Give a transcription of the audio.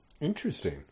Interesting